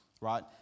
right